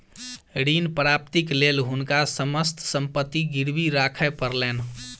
ऋण प्राप्तिक लेल हुनका समस्त संपत्ति गिरवी राखय पड़लैन